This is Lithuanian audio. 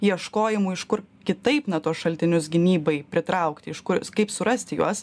ieškojimų iš kur kitaip na tuos šaltinius gynybai pritraukti iš ku kaip surasti juos